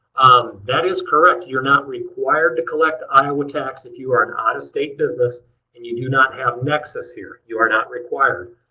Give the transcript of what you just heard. that is correct. you're not required to collect iowa tax if you are an out of state business and you do not have nexus here. you are not required.